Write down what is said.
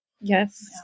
yes